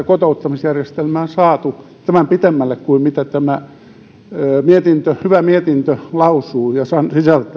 kotouttamisjärjestelmää saatu tämän pitemmälle kuin mitä tämä hyvä mietintö lausuu ja sisältää